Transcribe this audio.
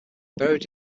buried